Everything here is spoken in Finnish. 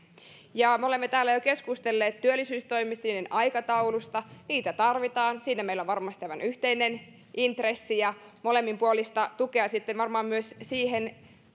me olemme täällä jo keskustelleet työllisyystoimista ja niiden aikataulusta niitä tarvitaan siinä meillä on varmasti aivan yhteinen intressi ja molemminpuolista tukea sitten varmaan myös siihen